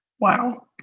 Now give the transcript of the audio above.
Wow